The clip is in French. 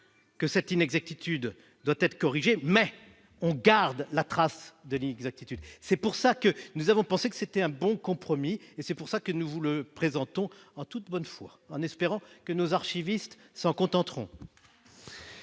que cette inexactitude doit être corrigée, mais on garde la trace de l'inexactitude, c'est pour ça que nous avons pensé que c'était un bon compromis et c'est pour ça que nous vous le présentons en toute bonne foi, en espérant que nos archivistes s'en contenteront.